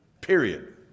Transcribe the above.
Period